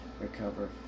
recover